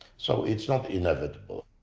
so it's not inevitable.